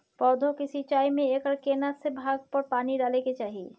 पौधों की सिंचाई में एकर केना से भाग पर पानी डालय के चाही?